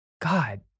God